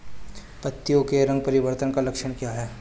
पत्तियों के रंग परिवर्तन का लक्षण क्या है?